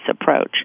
approach